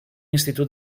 institut